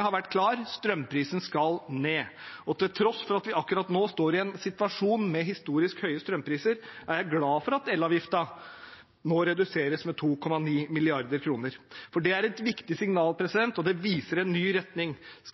har vært klar: Strømprisen skal ned. Og til tross for at vi akkurat nå står i en situasjon med historisk høye strømpriser, er jeg glad for at elavgiften nå reduseres med 2,9 mrd. kr. Det er et viktig signal, og det viser en ny retning. Så